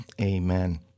amen